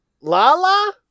Lala